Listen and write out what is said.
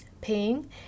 paying